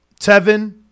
Tevin